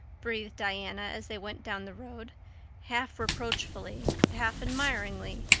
breathed diana as they went down the road half reproachfully, half admiringly.